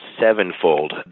sevenfold